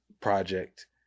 project